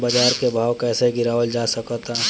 बाज़ार के भाव कैसे कम गीरावल जा सकता?